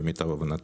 למיטב הבנתי.